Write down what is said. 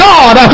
God